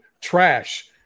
trash